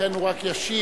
לכן הוא רק ישיב,